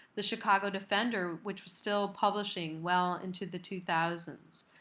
the chicago defender, which was still publishing well into the two thousand